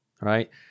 right